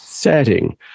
setting